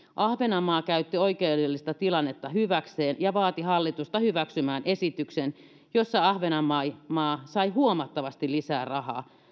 ahvenanmaa käytti oikeudellista tilannetta hyväkseen ja vaati hallitusta hyväksymään esityksen jossa ahvenanmaa sai huomattavasti lisää rahaa